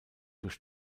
durch